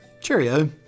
Cheerio